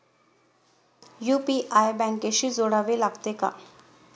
UPI बँकेशी जोडावे लागते का?